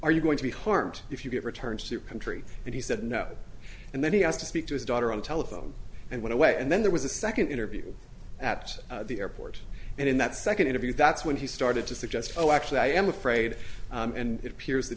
are you going to be harmed if you get returned to country and he said no and then he asked to speak to his daughter on the telephone and went away and then there was a second interview at the airport and in that second interview that's when he started to suggest oh actually i am afraid and it appears that